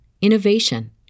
innovation